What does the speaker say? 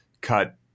cut